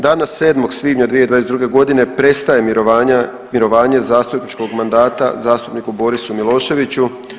Dana 7. svibnja 2022. godine prestaje mirovanje zastupničkog mandata zastupniku Borisu Miloševiću.